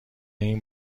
این